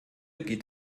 geht